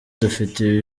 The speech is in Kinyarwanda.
dufite